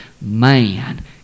man